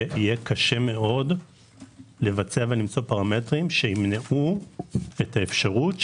שיהיה קשה מאוד לבצע ולמצוא פרמטרים שימנעו את האפשרות,